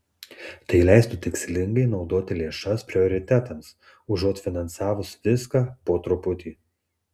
tai leistų tikslingai naudoti lėšas prioritetams užuot finansavus viską po truputį